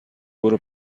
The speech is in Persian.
برو